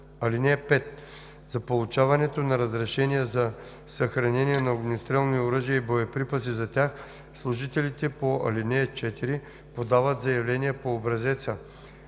адрес. (5) За получаването на разрешение за съхранение на огнестрелни оръжия и боеприпаси за тях служителите по ал. 4 подават заявление по образец